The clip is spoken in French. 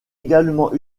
également